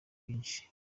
byinshi